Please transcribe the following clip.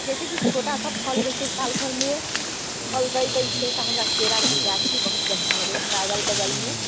जैसेकि छोटा सा फल होइत छै साल भरिमे फल दऽ दैत छै तऽ हमरा केराके गाछी बहुत बढ़िआँ लगैए हमरा अगल बगलमे